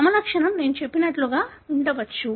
phenotype ను నేను చెప్పినట్లుగా ఉండవచ్చు